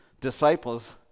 disciples